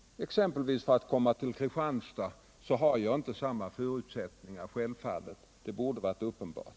Det blir ju inte samma förutsättningar om man bor i exempelvis Malmö och skall ta sig till Kristianstad — det borde vara uppenbart.